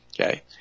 Okay